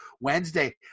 Wednesday